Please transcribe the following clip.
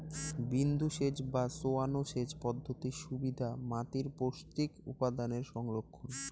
বিন্দুসেচ বা চোঁয়ানো সেচ পদ্ধতির সুবিধা মাতীর পৌষ্টিক উপাদানের সংরক্ষণ